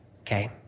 Okay